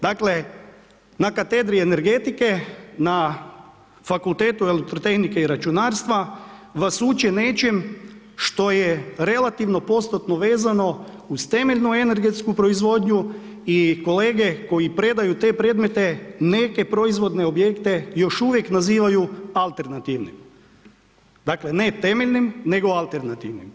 Dakle na katedri energetike na Fakultetu elektrotehnike i računarstva vas uče nečem što je relativno postotno vezano uz temeljnu energetsku proizvodnju i kolege koji predaju te predmete neke proizvodne objekte još uvijek nazivaju alternativnim, dakle ne temeljnim nego alternativnim.